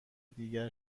دیگر